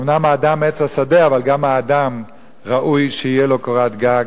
אומנם האדם הוא עץ השדה אבל גם האדם ראוי שתהיה לו קורת גג,